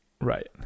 Right